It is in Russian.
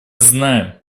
знаем